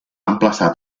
emplaçat